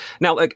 Now